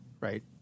Right